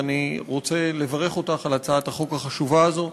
ואני רוצה לברך אותך על הצעת החוק החשובה הזו.